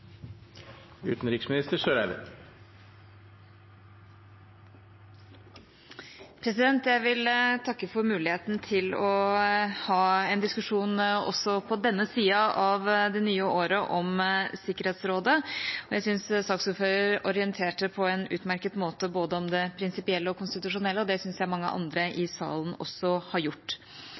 Jeg vil takke for muligheten til å ha en diskusjon også på denne siden av det nye året om Sikkerhetsrådet. Jeg syns saksordføreren orienterte på en utmerket måte om både det prinsipielle og det konstitusjonelle. Det syns jeg mange andre i salen også har gjort.